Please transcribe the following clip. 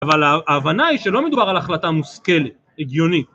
אבל ההבנה היא שלא מדובר על החלטה מושכלת, הגיונית.